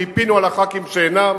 חיפינו על הח"כים שאינם.